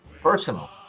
personal